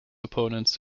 opponents